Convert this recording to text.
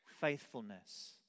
faithfulness